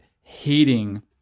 hating